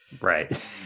right